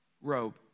robe